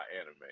anime